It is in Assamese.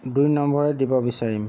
দুই নম্বৰে দিব বিচাৰিম